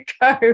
go